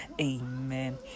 Amen